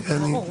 ברור.